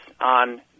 on